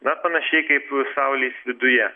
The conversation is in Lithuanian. na panašiai kaip saulės viduje